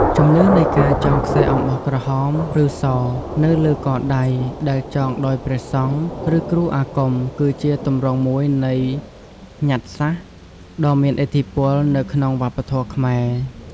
ជំនឿនៃការចងខ្សែអំបោះក្រហម ឬស នៅលើកដៃ ដែលចងដោយព្រះសង្ឃ ឬគ្រូអាគម គឺជាទម្រង់មួយនៃ ញ្ញត្តិសាស្ត្រ ដ៏មានឥទ្ធិពល នៅក្នុងវប្បធម៌ខ្មែរ។